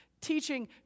teaching